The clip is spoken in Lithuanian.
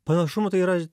panašumų tai yra